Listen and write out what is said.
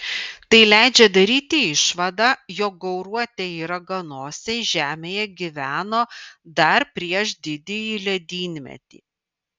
tai leidžia daryti išvadą jog gauruotieji raganosiai žemėje gyveno dar prieš didįjį ledynmetį